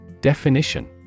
Definition